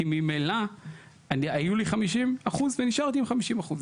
כי ממילא היו לי 50 אחוז ונשארתי עם 50 אחוז.